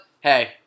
hey